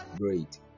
great